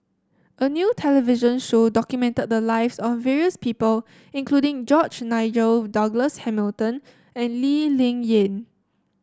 a new television show documented the lives of various people including George Nigel Douglas Hamilton and Lee Ling Yen